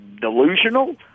delusional